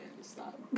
stop